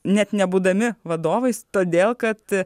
net nebūdami vadovais todėl kad